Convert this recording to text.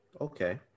okay